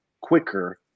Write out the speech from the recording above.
quicker